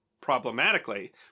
Problematically